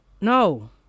No